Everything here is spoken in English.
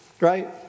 right